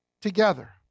together